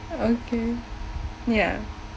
okay ya